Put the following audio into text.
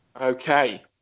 Okay